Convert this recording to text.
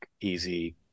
easy